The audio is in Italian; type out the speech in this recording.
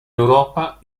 europa